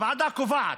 הוועדה קובעת: